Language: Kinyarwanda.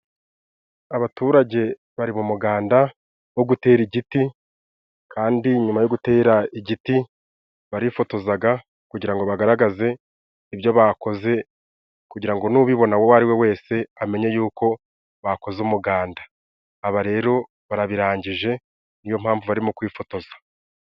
Abaturage bari mu muganda wo gutera igiti kandi nyuma yo gutera igiti, barifotozaga kugira ngo bagaragaze ibyo bakoze kugira ngo n'ubibona uwo ari we wese, amenye yuko bakoze umuganda. Aba rero barabirangije, ni yo mpamvu barimo kwifotoza.